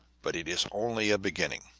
but it is only a beginning.